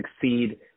succeed